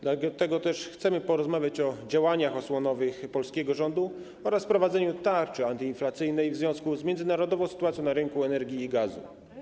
Dlatego też chcemy porozmawiać o działaniach osłonowych polskiego rządu oraz wprowadzeniu tarczy antyinflacyjnej w związku z międzynarodową sytuacją na rynku energii i gazu.